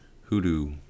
hoodoo